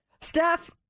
steph